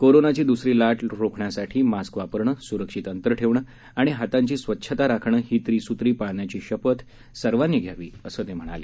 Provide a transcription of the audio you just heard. कोरोनाची द्सरी लाट रोखण्यासाठी मास्क वापरणं सुरक्षित अंतर ठेवणं आणि हातांची स्वच्छता राखणं ही त्रिसूत्री पाळण्याची शपथ सर्वांनी घ्यावी असं ते म्हणाले